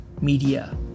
media